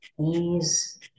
ease